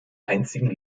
einstigen